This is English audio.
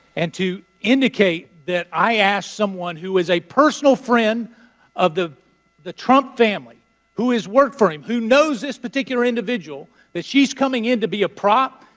and to indicate that i asked someone who was a personal friend of the the trump family who has worked for him, who knows this particular individual that she's coming in to be a prop,